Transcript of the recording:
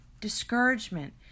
discouragement